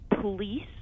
police